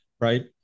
Right